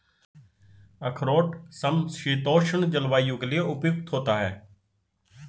अखरोट समशीतोष्ण जलवायु के लिए उपयुक्त होता है